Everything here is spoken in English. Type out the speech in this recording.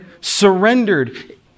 Surrendered